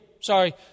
sorry